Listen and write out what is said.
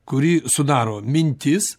kurį sudaro mintis